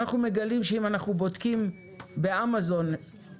אנחנו מגלים שאם אנחנו בודקים באמזון, אנחנו